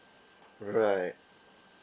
right